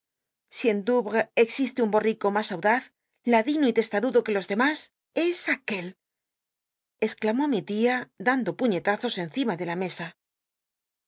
en doul'l'es existe un borrico mas audaz ladino y testal'lldo que los dem is es aquel exclamó mi tia dando puiíelazos encima de la mesa